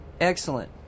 Excellent